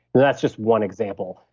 that's just one example,